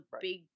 big